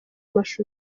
amashusho